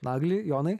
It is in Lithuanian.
nagli jonai